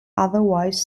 otherwise